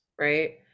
right